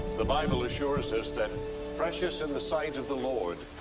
the bible assures us that precious in the sight of the lord.